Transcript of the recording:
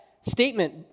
statement